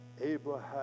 Abraham